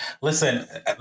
Listen